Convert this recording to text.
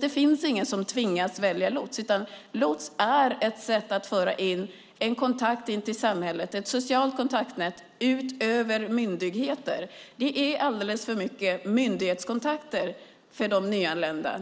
Det finns ingen som tvingas välja lots, utan lots är ett sätt att föra in en kontakt in till samhället, ett socialt kontaktnät utöver myndigheter. Det är alldeles för mycket myndighetskontakter för de nyanlända.